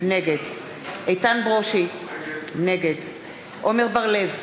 נגד איתן ברושי, נגד עמר בר-לב,